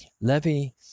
Levy